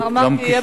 השר מרגי יהיה,